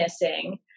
missing